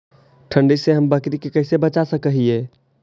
ठंडी से हम बकरी के कैसे बचा सक हिय?